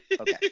okay